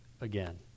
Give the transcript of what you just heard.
again